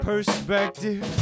perspective